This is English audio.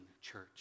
church